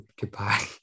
Goodbye